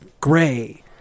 gray